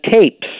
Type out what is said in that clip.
tapes